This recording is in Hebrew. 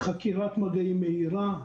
לחקירת מגעים מהירה,